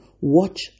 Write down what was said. watch